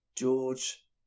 George